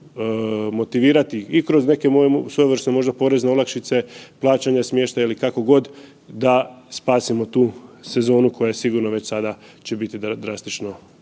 motivirati i kroz neke svojevrsne možda porezne olakšice, plaćanja smještaja, kako god, da spasimo tu sezonu koja sigurno već sada će biti drastično